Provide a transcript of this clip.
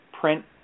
print